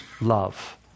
love